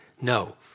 No